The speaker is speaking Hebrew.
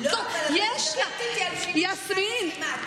את מדברת איתי על שינוי שיטת הלחימה,